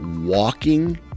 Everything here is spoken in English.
walking